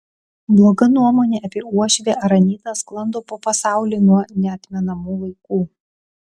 bloga nuomonė apie uošvę ar anytą sklando po pasaulį nuo neatmenamų laikų